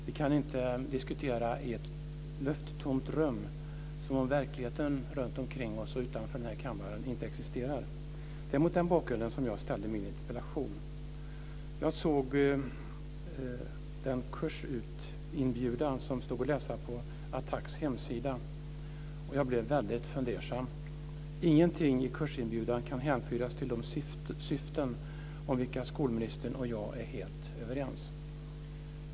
Vi kan inte diskutera i ett lufttomt rum, som om verkligheten runtomkring oss och utanför den här kammaren inte existerar. Det var mot den bakgrunden som jag ställde min interpellation. Jag såg den kursinbjudan som stod att läsa på ATTAC:s hemsida, och jag blev väldigt fundersam. Ingenting i kursinbjudan kan hänföras till de syften om vilka skolministern och jag är helt överens.